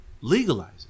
legalize